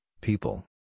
people